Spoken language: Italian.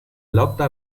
lotta